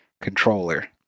controller